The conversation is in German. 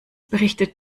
berichtet